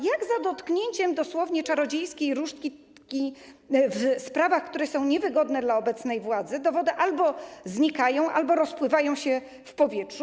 Jak za dosłownie dotknięciem czarodziejskiej różdżki w sprawach, które są niewygodne dla obecnej władzy, dowody albo znikają, albo rozpływają się w powietrzu.